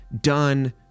done